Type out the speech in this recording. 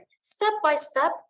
step-by-step